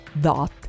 dot